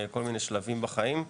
כל מיני שלבים בחיים.